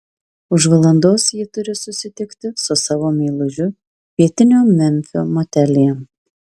už valandos ji turi susitikti su savo meilužiu pietinio memfio motelyje